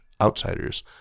outsiders